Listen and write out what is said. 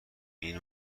این